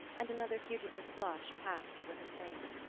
and another fugitive flush passed over her face.